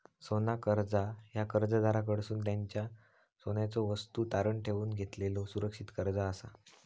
सोना कर्जा ह्या कर्जदाराकडसून त्यांच्यो सोन्याच्यो वस्तू तारण ठेवून घेतलेलो सुरक्षित कर्जा असा